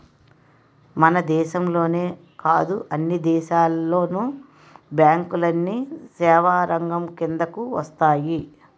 మన దేశంలోనే కాదు అన్ని దేశాల్లోను బ్యాంకులన్నీ సేవారంగం కిందకు వస్తాయి